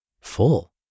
full